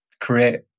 create